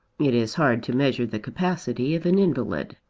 it is hard to measure the capacity of an invalid.